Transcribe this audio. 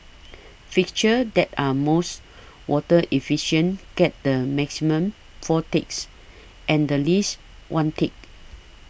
fixtures that are most water efficient get the maximum four ticks and the least one tick